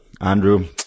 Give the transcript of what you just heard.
Andrew